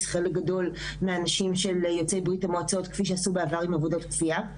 חלק גדול מהאנשים של יוצאי ברית המועצות כפי שעשו בעבר עם עבודות כפייה.